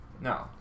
No